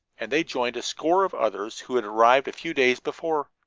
and they joined a score of others who had arrived a few days before.